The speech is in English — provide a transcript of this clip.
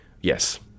yes